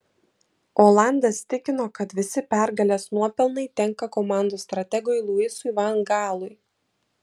olandas tikino kad visi pergalės nuopelnai tenka komandos strategui luisui van gaalui